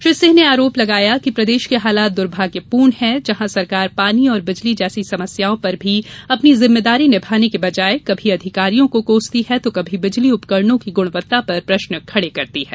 श्री सिंह ने आरोप लगाया कि प्रदेश के हालात दुर्भाग्यपूर्ण है जहां सरकार पानी और बिजली जैसी समस्याओं पर भी अपनी जिम्मेदारी निभाने के बजाए कभी अधिकारियों को कोसती है तो कभी बिजली उपकरणों की गुणवत्ता पर प्रश्न खड़े करती है